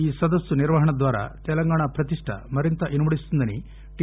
ఈ సదస్సు నిర్వహణ ద్వారా తెలంగాణ ప్రతిష్ట మరింత ఇనుమడిస్తుందని టి